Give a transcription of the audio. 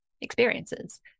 experiences